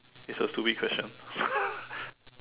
it's a stupid question